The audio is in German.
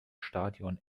stadion